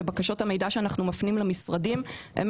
ובקשות המידע שאנחנו מפנים למשרדים הן